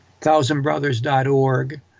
thousandbrothers.org